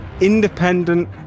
independent